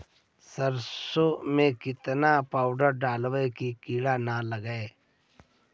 सरसों में केतना पाउडर डालबइ कि किड़ा न लगे?